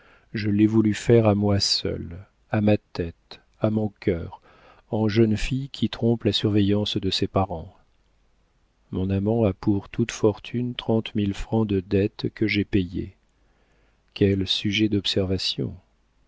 je l'ai voulu faire à moi seule à ma tête à mon cœur en jeune fille qui trompe la surveillance de ses parents mon amant a pour toute fortune trente mille francs de dettes que j'ai payées quel sujet d'observations